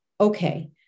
okay